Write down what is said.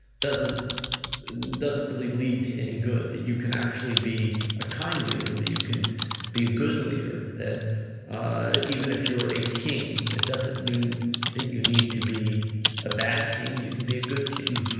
doesn't doesn't really lead to any good, that you can actually be a kind leader, that you can be a good leader, that even if you're a king, it doesn't mean that you need to be a bad king, you can be a good king,